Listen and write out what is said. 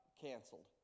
canceled